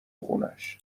خونش